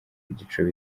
ibyiciro